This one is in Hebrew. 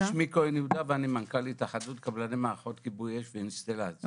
אני מנכ"ל התאחדות קבלני מערכות כיבוי אש ואינסטלציה.